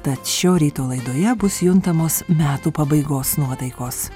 tad šio ryto laidoje bus juntamos metų pabaigos nuotaikos